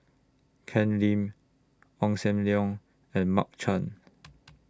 Ken Lim Ong SAM Leong and Mark Chan